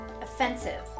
offensive